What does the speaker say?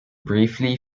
briefly